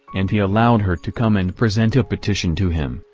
and he allowed her to come and present a petition to him,